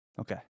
Okay